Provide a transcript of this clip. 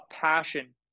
passion